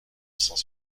cent